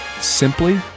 simply